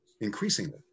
increasingly